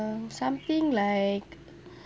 um something like